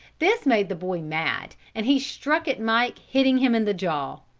this made the boy mad and he struck at mike hitting him in the jaw.